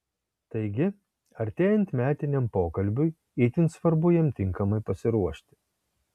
taigi artėjant metiniam pokalbiui itin svarbu jam tinkamai pasiruošti